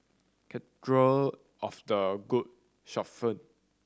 Cathedral of the Good Shepherd